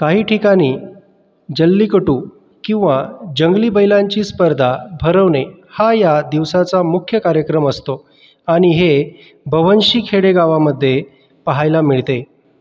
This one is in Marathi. काही ठिकाणी जल्लीकटू किंवा जंगली बैलांची स्पर्धा भरवणे हा ह्या दिवसाचा मुख्य कार्यक्रम असतो आणि हे बव्हंशी खेडेगावामध्ये पहायला मिळते